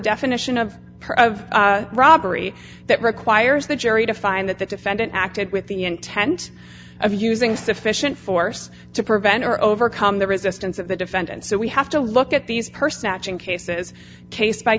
definition of her of robbery that requires the jury to find that the defendant acted with the intent of using sufficient force to prevent or overcome the resistance of the defendant so we have to look at these person cases case by